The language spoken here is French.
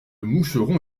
moucheron